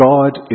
God